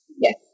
Yes